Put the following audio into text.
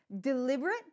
deliberate